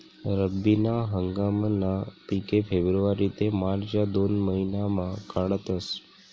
रब्बी ना हंगामना पिके फेब्रुवारी ते मार्च या दोन महिनामा काढातस